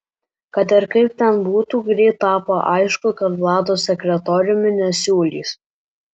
kad ir kaip ten būtų greit tapo aišku kad vlado sekretoriumi nesiūlys